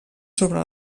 sobre